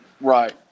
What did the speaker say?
Right